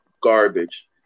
garbage